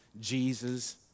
Jesus